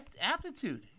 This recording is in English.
aptitude